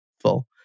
full